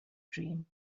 dream